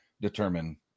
determine